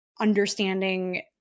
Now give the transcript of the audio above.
understanding